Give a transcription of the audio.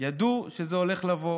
ידעו שזה הולך לבוא.